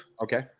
Okay